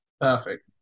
Perfect